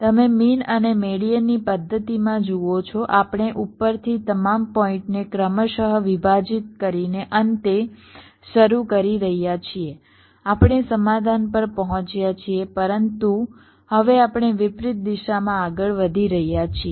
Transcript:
તમે મીન અને મેડીઅનની પદ્ધતિમાં જુઓ છો આપણે ઉપરથી તમામ પોઇન્ટને ક્રમશ વિભાજીત કરીને અંતે શરૂ કરી રહ્યા છીએ આપણે સમાધાન પર પહોંચ્યા છીએ પરંતુ હવે આપણે વિપરીત દિશામાં આગળ વધી રહ્યા છીએ